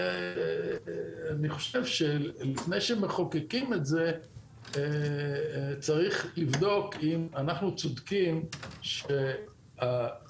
לפני שמחוקקים את זה צריך לבדוק אם אנחנו צודקים שהאפשרות